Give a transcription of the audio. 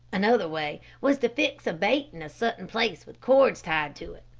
another way was to fix a bait in a certain place, with cords tied to it,